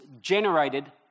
generated